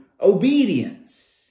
obedience